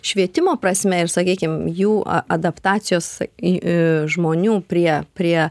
švietimo prasme ir sakykim jų a adaptacijos į e žmonių prie prie